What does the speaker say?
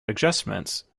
adjustments